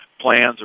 plans